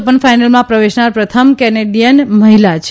open ફાઇનલમાં પ્રવેશનાર પ્રથમ કેનેડીયન મહિલા છે